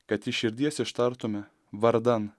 kad iš širdies ištartume vardan